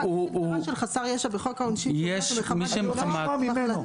ההגדרה של חסר ישע בחוק העונשין --- אני רוצה לשמוע ממנו.